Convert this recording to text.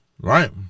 Right